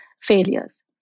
failures